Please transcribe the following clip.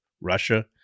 Russia